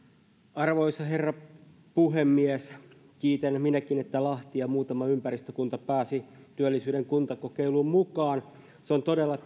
arvoisa herra puhemies kiitän minäkin että lahti ja muutama ympäristökunta pääsivät työllisyyden kuntakokeiluun mukaan se on todella